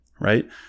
Right